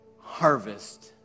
harvest